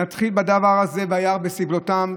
נתחיל בדבר הזה, "וירא בסבלתם".